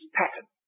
pattern